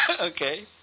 Okay